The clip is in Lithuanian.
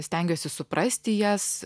stengiuosi suprasti jas